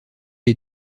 est